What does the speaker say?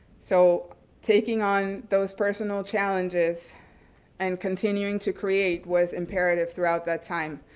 so taking on those personal challenges and continuing to create was imperative throughout that time.